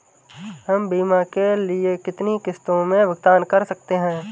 हम बीमा के लिए कितनी किश्तों में भुगतान कर सकते हैं?